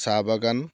চাহ বাগান